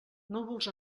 núvols